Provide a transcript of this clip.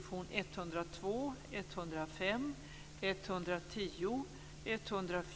Tack!